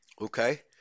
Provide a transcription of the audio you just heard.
Okay